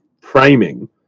framing